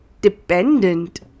dependent